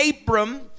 Abram